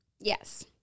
Yes